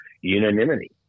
unanimity